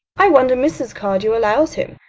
i wonder mrs. cardew allows him.